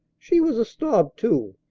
she was a snob, too,